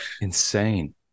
Insane